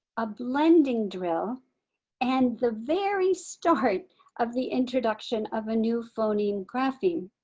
a blending drill and the very start of the introduction of a new phoneme, grapheme.